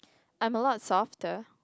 I'm a lot softer